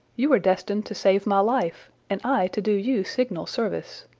you are destined to save my life, and i to do you signal service.